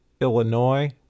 Illinois